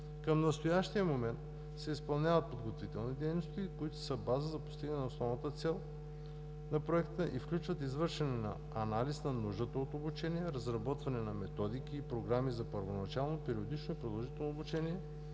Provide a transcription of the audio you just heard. Към настоящия момент се изпълняват подготвителни дейности, които са база за постигане на основната цел на Проекта, и включват извършване на анализ за нуждата от обучение, разработване на методики и програми за първоначално, периодично и продължително обучение